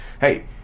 Hey